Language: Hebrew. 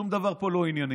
שום דבר פה לא ענייני,